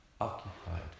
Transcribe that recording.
occupied